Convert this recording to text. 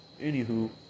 Anywho